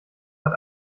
hat